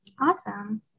Awesome